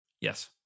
Yes